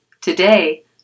Today